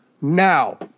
Now